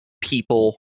people